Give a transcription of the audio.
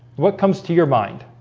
what comes to your mind?